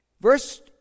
Verse